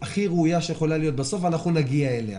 הכי ראויה שיכולה להיות ובסוף אנחנו נגיע אליה.